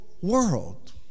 world